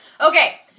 Okay